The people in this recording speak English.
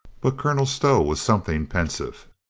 but colonel stow was something pensive.